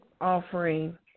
offering